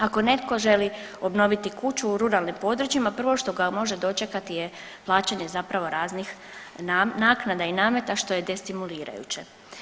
Ako netko želi obnoviti kuću u ruralnim područjima prvo što ga može dočekati je plaćanje zapravo raznih naknada i nameta što je destimulirajuće.